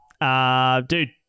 Dude